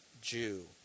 Jew